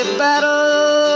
battle